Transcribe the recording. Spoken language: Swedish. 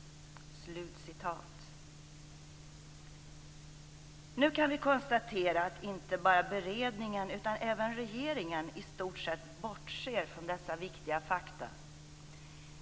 Nu kan vi konstatera att inte bara beredningen utan även regeringen i stort sett bortser från dessa viktiga fakta.